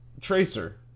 Tracer